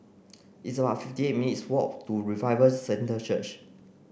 it's about fifty eight minutes' walk to Revival Centre Church